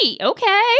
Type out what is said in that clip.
Okay